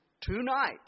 tonight